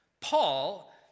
Paul